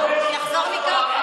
שיחזור מקטאר.